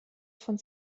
von